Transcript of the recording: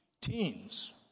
teens